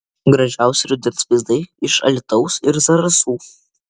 gražiausi rudens vaizdai iš alytaus ir zarasų